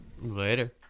Later